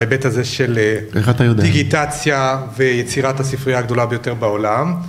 בהיבט הזה של דיגיטציה ויצירת הספריה הגדולה ביותר בעולם.